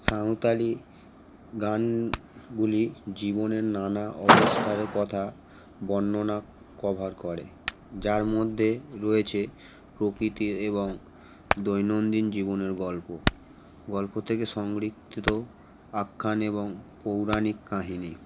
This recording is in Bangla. সাঁওতালি গানগুলি জীবনের নানা অবস্থার কথা বর্ণনা কভার করে যার মধ্যে রয়েছে প্রকৃতির এবং দৈনন্দিন জীবনের গল্প গল্প থেকে সংরক্ষিত আখ্যান এবং পৌরাণিক কাহিনি